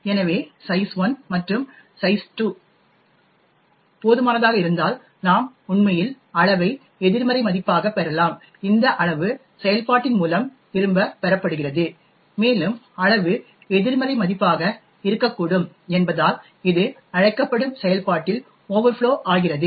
எனவே சைஸ்1 மற்றும் சைஸ்2 போதுமானதாக இருந்தால் நாம் உண்மையில் அளவை எதிர்மறை மதிப்பாகப் பெறலாம் இந்த அளவு செயல்பாட்டின் மூலம் திரும்பப் பெறப்படுகிறது மேலும் அளவு எதிர்மறை மதிப்பாக இருக்கக்கூடும் என்பதால் இது அழைக்கப்படும் செயல்பாட்டில் ஓவர்ஃப்ளோ ஆகிறது